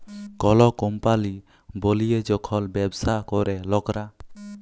call কম্পলি বলিয়ে যখল ব্যবসা ক্যরে লকরা